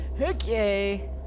Okay